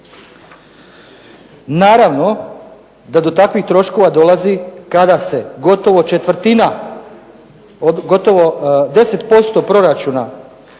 Naravno da to takvih troškova dolazi kada se gotovo četvrtina od gotovo 10% proračuna